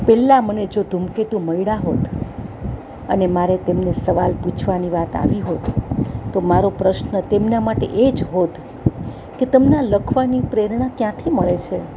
પહેલાં મને જો ધૂમકેતુ મળ્યા હોત અને મારે તેમને સવાલ પૂછવાની વાત આવી હોત તો મારો પ્રશ્ન તેમના માટે એ જ હોત કે તમને આ લખવાની પ્રેરણા ક્યાંથી મળે છે